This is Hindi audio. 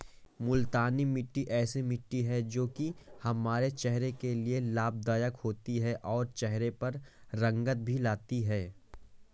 मूलतानी मिट्टी ऐसी मिट्टी है जो की हमारे चेहरे के लिए लाभदायक होती है और चहरे पर रंगत भी लाती है